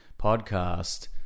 podcast